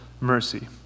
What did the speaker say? mercy